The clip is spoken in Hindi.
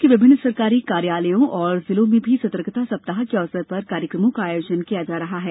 प्रदेश के विभिन्न सरकारी कार्यालयों और जिलों में भी सतर्कता सप्ताह के अवसर पर कार्यक्रमों का आयोजन किया जा रहा है